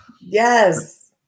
Yes